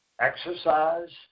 Exercise